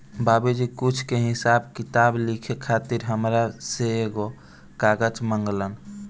बाबुजी कुछ के हिसाब किताब लिखे खातिर हामरा से एगो कागज मंगलन